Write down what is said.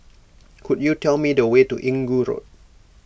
could you tell me the way to Inggu Road